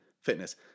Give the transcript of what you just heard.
fitness